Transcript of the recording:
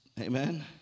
Amen